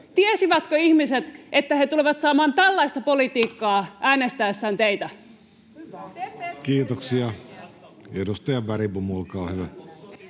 Tiesivätkö ihmiset, että he tulevat saamaan tällaista politiikkaa äänestäessään teitä? [Speech 40] Speaker: Jussi Halla-aho